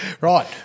Right